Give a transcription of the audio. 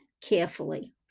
carefully